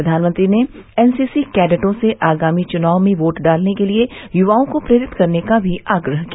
प्रधानमंत्री ने एनसीसी कैडेटों से आगामी चुनाव में वोट डालने के लिए युवाओं को प्रेरित करने का आग्रह भी किया